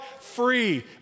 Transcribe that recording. Free